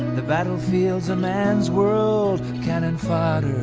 the battlefield's a man's world, cannon fodder's